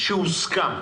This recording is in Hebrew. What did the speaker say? שהוסכם.